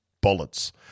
bullets